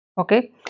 Okay